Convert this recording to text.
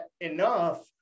enough